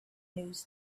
news